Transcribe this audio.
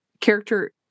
character